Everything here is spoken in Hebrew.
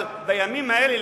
אבל בימים האלה,